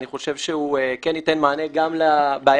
אני חושב שהוא כן ייתן מענה גם לבעיה